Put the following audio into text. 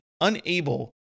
unable